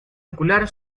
ocular